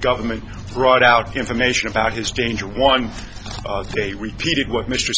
government brought out information about his danger one day repeated what m